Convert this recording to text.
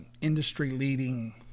industry-leading